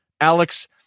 Alex